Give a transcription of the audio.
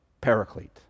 paraclete